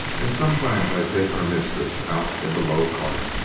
and sometimes i take our mistress out in the low cart.